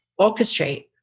orchestrate